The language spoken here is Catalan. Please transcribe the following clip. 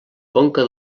conca